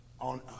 on